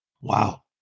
Wow